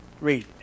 Read